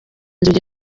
inzugi